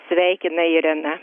sveikina irena